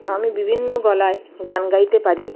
আমি বিভিন্ন গলায় গান গাইতে পারি